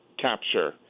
capture